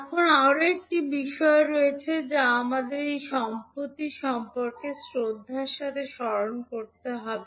এখন আরও একটি বিষয় রয়েছে যা আমাদের এই সম্পত্তি সম্পর্কে শ্রদ্ধার সাথে স্মরণ করতে হবে